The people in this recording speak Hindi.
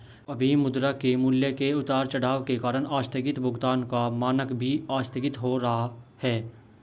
अभी मुद्रा के मूल्य के उतार चढ़ाव के कारण आस्थगित भुगतान का मानक भी आस्थगित हो रहा है